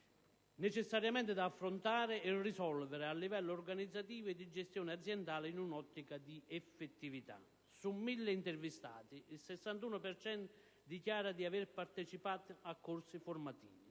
necessariamente da affrontare e risolvere a livello organizzativo e di gestione aziendale in un'ottica di effettività. Su 1.000 intervistati, il 61 per cento dichiara di aver partecipato a corsi formativi,